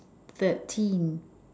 thirteen